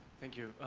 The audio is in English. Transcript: thank you.